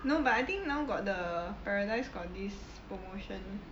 no but I think now got the paradise got this promotion